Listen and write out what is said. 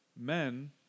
men